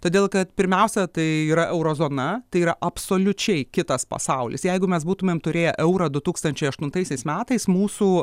todėl kad pirmiausia tai yra euro zona tai yra absoliučiai kitas pasaulis jeigu mes būtumėm turėję eurą du tūkstančiai aštuntaisiais metais mūsų